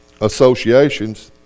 associations